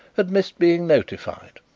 had missed being notified.